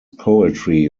poetry